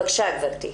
בבקשה, גברתי.